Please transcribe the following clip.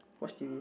watch t_v